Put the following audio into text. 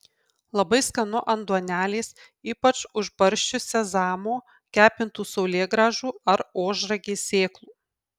labai skanu ant duonelės ypač užbarsčius sezamo kepintų saulėgrąžų ar ožragės sėklų